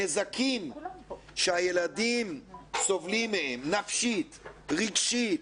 הנזקים שהילדים סובלים מהם, נפשית, רגשית,